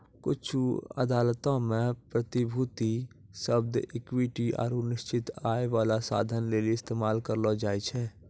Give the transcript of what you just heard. कुछु अदालतो मे प्रतिभूति शब्द इक्विटी आरु निश्चित आय बाला साधन लेली इस्तेमाल करलो जाय छै